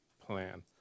Plan